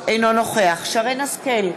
אינו נוכח שרן השכל,